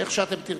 איך שאתם תרצו.